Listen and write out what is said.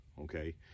Okay